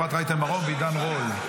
אפרת רייטן מרום ועידן רול.